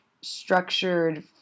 structured